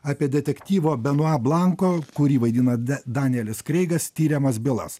apie detektyvo benua blanko kurį vaidina danielis kreigas tiriamas bylas